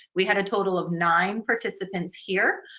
we had a total of nine participants here.